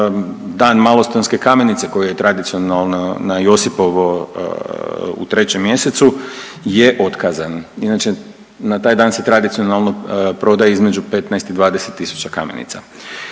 Dan malostonske kamenice koji je tradicionalno na Josipovo u 3. mjesecu je otkazan. Inače na taj dan se tradicionalno proda između 15 i 20 tisuća kamenica.